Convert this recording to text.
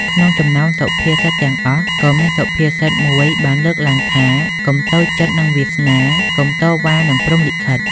ក្នុងចំណោមសុភាសិតទាំងអស់ក៏មានសុភាសិតមួយបានលើកឡើងថា កុំតូចចិត្តនឹងវាសនា កុំតវ៉ានឹងព្រហ្មលិខិត។